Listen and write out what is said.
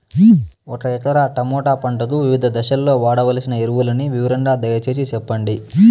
ఒక ఎకరా టమోటా పంటకు వివిధ దశల్లో వాడవలసిన ఎరువులని వివరంగా దయ సేసి చెప్పండి?